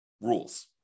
rules